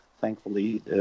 thankfully